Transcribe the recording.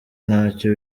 ntacyo